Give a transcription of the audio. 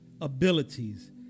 abilities